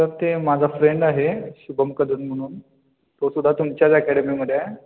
sir ते माझा friend आहे शुभम कदम म्हणून तो सुद्धा तुमच्याच ॲकेडमीमध्ये आहे